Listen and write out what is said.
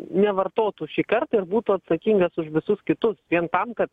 nevartotų šį kartą ir būtų atsakingas už visus kitus vien tam kad